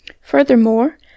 Furthermore